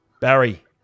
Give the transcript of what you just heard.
Barry